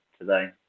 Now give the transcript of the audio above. today